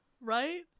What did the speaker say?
right